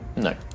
No